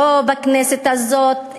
לא בכנסת הזאת.